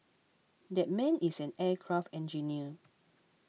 that man is an aircraft engineer